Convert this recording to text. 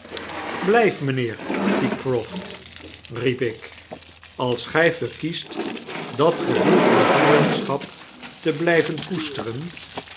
blijf mijnheer pycroft riep ik als gij verkiest dat gevoel van vijandschap te blijven koesteren